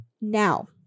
now